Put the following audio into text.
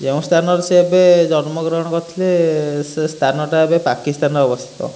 ଯେଉଁ ସ୍ଥାନରେ ସେ ଏବେ ଜନ୍ମ ଗ୍ରହଣ କରିଥିଲେ ସେ ସ୍ଥାନଟା ଏବେ ପାକିସ୍ତାନରେ ଅବସ୍ଥିତ